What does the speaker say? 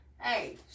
Hey